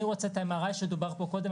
אני רוצה את ה-MRI שדובר בו קודם,